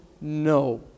no